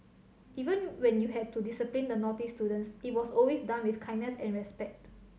even when you had to discipline the naughty students it was always done with kindness and respect